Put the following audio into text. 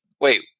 Wait